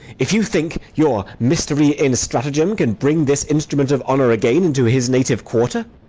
if you think your mystery in stratagem can bring this instrument of honour again into his native quarter,